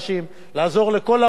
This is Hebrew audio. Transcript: לעזור לכל האוכלוסיות,